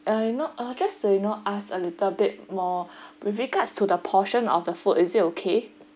uh you know uh just to you know ask a little bit more with regards to the portion of the food is it okay